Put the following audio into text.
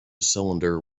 cylinder